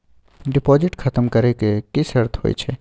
Deposit खतम करे के की सर्त होय छै?